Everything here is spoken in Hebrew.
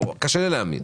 קשה לי להאמין.